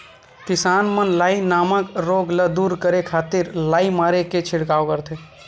किसान मन लाई नामक रोग ल दूर करे खातिर लाई मारे के छिड़काव करथे